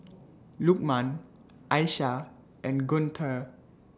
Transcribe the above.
Lukman Aishah and Guntur